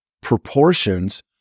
proportions